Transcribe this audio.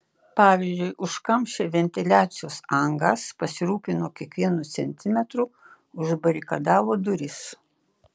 pavyzdžiui užkamšė ventiliacijos angas pasirūpino kiekvienu centimetru užbarikadavo duris